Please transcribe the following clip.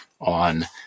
on